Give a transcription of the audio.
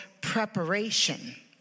preparation